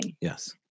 Yes